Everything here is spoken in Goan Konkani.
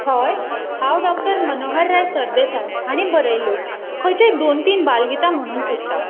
हय हांव डॉ मनोहराय सरदेसाय हाणें बरयिल्ल्यो खंयच्योय दोन तीन बालगितां म्हणूंक सोदतां